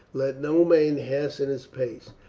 let no man hasten his pace,